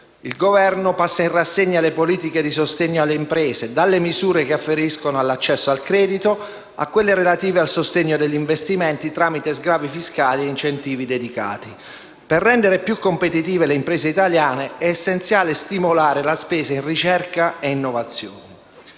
Il Governo passa in rassegna le politiche di sostegno alle imprese, dalle misure che afferiscono all'accesso al credito, a quelle relative al sostegno agli investimenti tramite sgravi fiscali e incentivi dedicati. Per rendere più competitive le imprese italiane è essenziale stimolare la spesa in ricerca e innovazione.